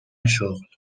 شغل